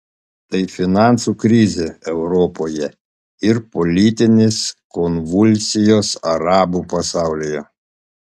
tai finansų krizė europoje ir politinės konvulsijos arabų pasaulyje